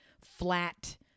flat